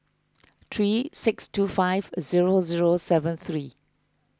three six two five zero zero seven three